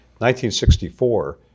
1964